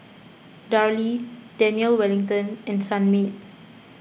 Darlie Daniel Wellington and Sunmaid